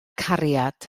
cariad